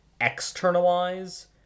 externalize